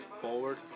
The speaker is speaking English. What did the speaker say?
forward